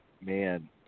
man